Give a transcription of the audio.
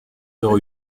zéro